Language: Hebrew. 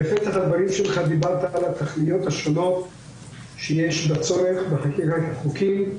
בפתח הדברים שלך דיברת על התכליות השונות שיש בצורך בחקיקת החוקים,